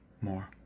more